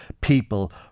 people